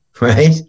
right